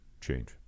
change